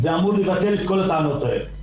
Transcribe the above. זה אמור לבטל את כל הטענות האלה.